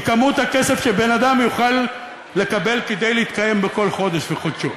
היא כמות הכסף שבן-אדם יוכל לקבל כדי להתקיים בו כל חודש וחודשו.